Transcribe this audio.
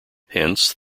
hence